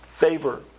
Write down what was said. favor